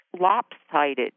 lopsided